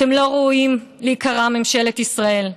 אתם לא ראויים להיקרא ממשלת ישראל,